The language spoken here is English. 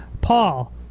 Paul